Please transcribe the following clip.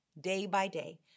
day-by-day